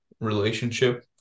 relationship